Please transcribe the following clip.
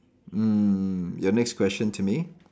mm your next question to me